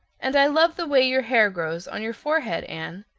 and i love the way your hair grows on your forehead, anne.